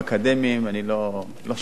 אני לא אני חושב שזה גם חשוב.